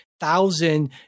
thousand